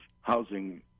housing